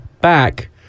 back